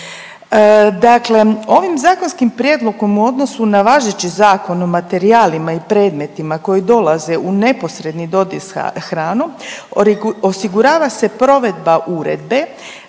Dakle, ovim zakonskim prijedlogom u odnosu na važeći Zakon o materijalima i predmetima koji dolaze u neposredni dodir sa hranom, osigurava se provedba uredbe,